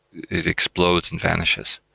it explodes and vanishes.